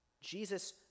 Jesus